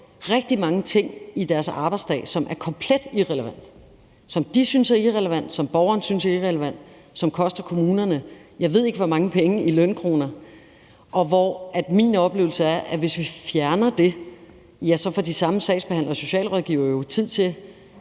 i løbet af deres arbejdsdag. Det er noget, som de synes er irrelevant, som borgerne synes er irrelevant, og som koster kommunerne, jeg ved ikke hvor mange penge i lønkroner. Min oplevelse er, hvis vi fjerner det, får de samme sagsbehandlere og socialrådgivere tid til